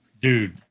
Dude